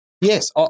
Yes